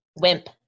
Wimp